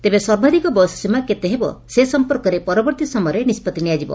ତେବେ ସର୍ବାଧିକ ବୟସ ସୀମା କେତେ ହେବ ସେ ସମ୍ପର୍କରେ ପରବର୍ତ୍ତୀ ସମୟରେ ନିଷ୍ବଭି ନିଆଯିବ